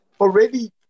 already